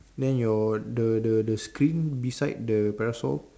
then your the the the screen beside the parasol